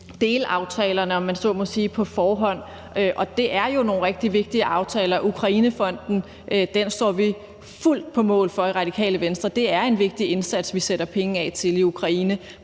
delaftalerne, om man så må sige, på forhånd. Og det er jo nogle rigtig vigtige aftaler. Ukrainefonden står vi fuldt på mål for i Radikale Venstre. Det er en vigtig indsats, vi sætter penge af til i Ukraine.